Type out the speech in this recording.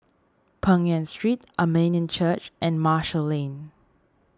Peng Nguan Street Armenian Church and Marshall Lane